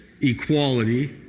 equality